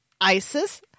ISIS